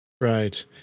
Right